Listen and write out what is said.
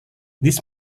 this